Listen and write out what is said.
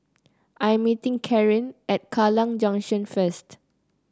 I am meeting Carin at Kallang Junction first